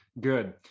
good